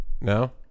No